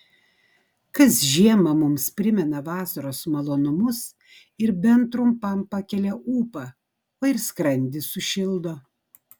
kas žiemą mums primena vasaros malonumus ir bent trumpam pakelią ūpą o ir skrandį sušildo